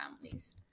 families